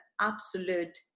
absolute